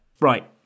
Right